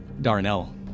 Darnell